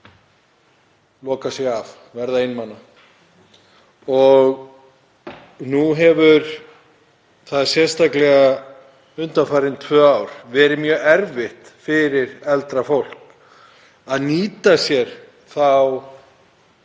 loka sig af, verða einmana. Nú hefur, sérstaklega undanfarin tvö ár, verið mjög erfitt fyrir eldra fólk að nýta sér